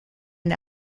and